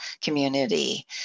community